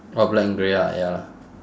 oh black and grey ah ya lah